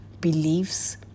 beliefs